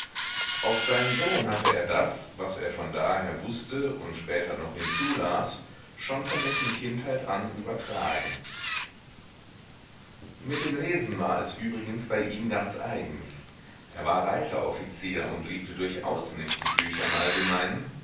auf seinen sohn hatte er das was er von da her wußte und später noch hinzulas schon von dessen kindheit an übertragen mit dem lesen war es übrigens bei ihm ganz eigens er war reiteroffizier und liebte durchaus nicht die bücher im allgemeinen